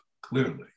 clearly